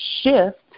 shift